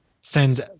sends